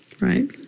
right